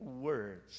words